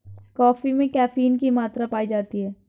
coffee में caffeine की मात्रा पाई जाती है